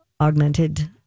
augmented